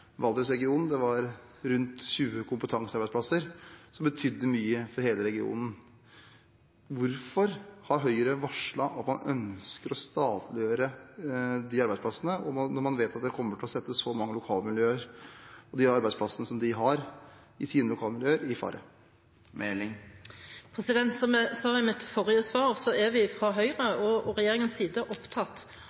– det var rundt 20 kompetansearbeidsplasser som betydde mye for hele regionen. Hvorfor har Høyre varslet at man ønsker å statliggjøre de arbeidsplassene, når man vet at det kommer til å sette så mange lokalmiljøer – og de arbeidsplassene som de har i sine lokalmiljøer – i fare? Som jeg sa i mitt forrige svar, er vi fra Høyres og regjeringens side opptatt